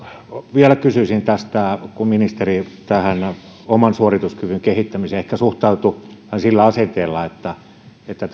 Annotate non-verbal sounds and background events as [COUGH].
vielä kysyisin tästä kun ministeri tähän oman suorituskyvyn kehittämiseen ehkä suhtautui sillä asenteella että että [UNINTELLIGIBLE]